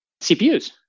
CPUs